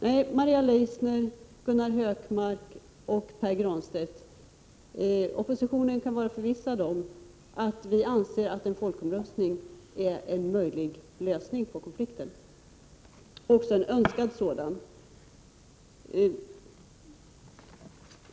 Nej, Maria Leissner, Gunnar Hökmark och Pär Granstedt, oppositionen kan vara förvissad om att vi anser att en folkomröstning är en möjlig och en önskad lösning på konflikten.